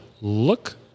look